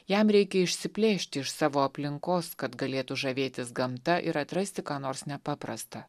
jam reikia išsiplėšti iš savo aplinkos kad galėtų žavėtis gamta ir atrasti ką nors nepaprasta